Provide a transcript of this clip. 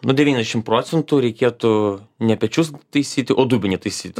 nu devyniašim procentų reikėtų ne pečius taisyti o dubenį taisyti